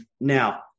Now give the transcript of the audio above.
Now